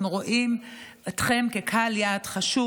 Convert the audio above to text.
אנחנו רואים אתכם כקהל יעד חשוב.